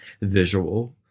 visual